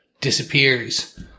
disappears